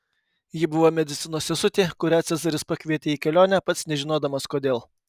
ji buvo medicinos sesutė kurią cezaris pakvietė į kelionę pats nežinodamas kodėl